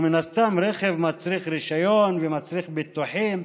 ומן הסתם רכב מצריך רישיון ומצריך ביטוחים,